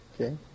Okay